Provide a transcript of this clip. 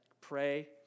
pray